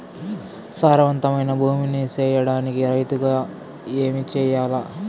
సారవంతమైన భూమి నీ సేయడానికి రైతుగా ఏమి చెయల్ల?